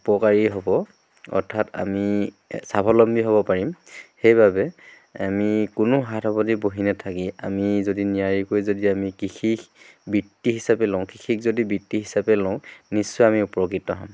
উপকাৰীয়েই হ'ব অৰ্থাৎ আমি স্বাৱলম্বী হ'ব পাৰিম সেইবাবে আমি কোনো হাত সাৱটি বহি নাথাকি আমি যদি নিয়াৰিকৈ যদি আমি কৃষিক বৃত্তি হিচাপে লওঁ কৃষিক যদি বৃত্তি হিচাপে লওঁ নিশ্চয় আমি উপকৃত হ'ম